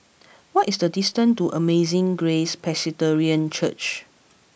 what is the distance to Amazing Grace Presbyterian Church